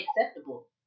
acceptable